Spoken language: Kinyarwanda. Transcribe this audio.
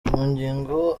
magingo